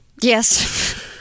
Yes